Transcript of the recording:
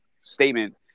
statement